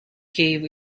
cave